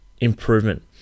improvement